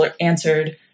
answered